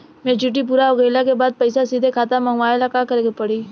Maturity पूरा हो गइला के बाद पईसा सीधे खाता में मँगवाए ला का करे के पड़ी?